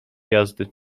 jazdy